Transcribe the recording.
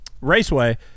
raceway